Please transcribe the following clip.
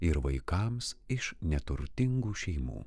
ir vaikams iš neturtingų šeimų